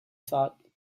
thought